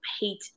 hate